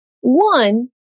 One